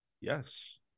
Yes